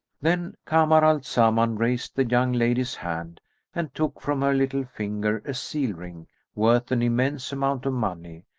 then kamar al-zaman raised the young lady's hand and took from her little finger a seal-ring worth an immense amount of money,